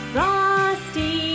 Frosty